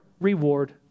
reward